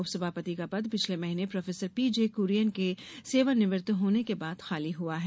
उप सभापति का पद पिछले महीने प्रोफेसर पी जे कुरियन के सेवानिवृत्त होने के बाद खाली हआ है